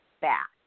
back